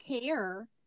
care